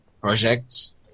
projects